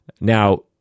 Now